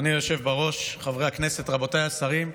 אדוני היושב בראש, חברי הכנסת, רבותיי השרים,